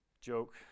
joke